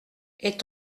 est